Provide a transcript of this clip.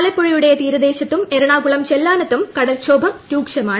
ആലപ്പുഴയുടെ തീരദേശത്തും എറണാകുളം ചെല്ലാനത്തും കടൽക്ഷോഭം രൂക്ഷ മാണ്